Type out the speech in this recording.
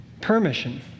Permission